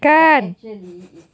when actually it's